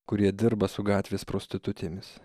kurie dirba su gatvės prostitutėmis